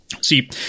See